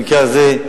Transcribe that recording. במקרה הזה,